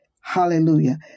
Hallelujah